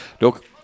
look